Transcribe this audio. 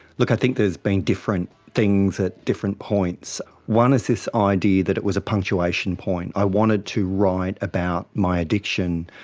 look, i think there's been different things at different points. one is this idea that it was a punctuation point, i wanted to write about my addiction,